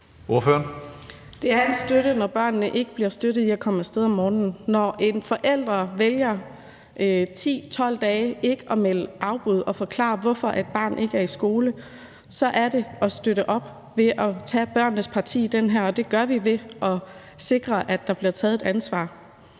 Det er en støtte, når børnene ikke bliver støttet i at komme af sted om morgenen. Når en forælder vælger ikke at melde afbud i 10-12 dage og forklare, hvorfor barnet ikke er i skole, så er det at støtte op at tage børnenes parti i det her, og det gør vi ved at sikre, at der bliver taget et ansvar.